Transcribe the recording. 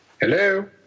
Hello